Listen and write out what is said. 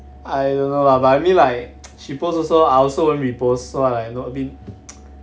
I don't know lah but I mean like she post also I also won't repost so like not bi~